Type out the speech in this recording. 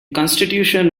constitution